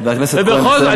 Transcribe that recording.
ובכל זאת,